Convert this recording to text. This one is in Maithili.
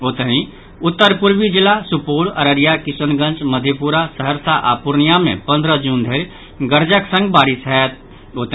ओतहि उत्तर पूर्वी जिला सुपौल अररिया किशनगंज मधेपुरा सहरसा आओर पूर्णियां मे पन्द्रह जून धरि गरजक संग बारिश होयत